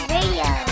Radio